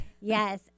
Yes